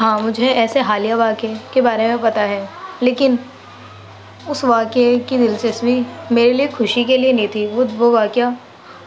ہاں مجھے ایسے حالیہ واقعہ کے بارے میں پتہ ہے لیکن اس واقعہ کی دلچسپی میرے لیے خوشی کے لیے نہیں تھی وہ واقعہ